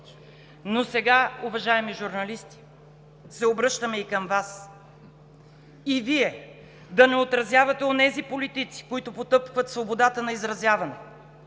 Но сега, уважаеми журналисти, се обръщаме и към Вас: и Вие да не отразявате онези политици, които потъпкват свободата на изразяване,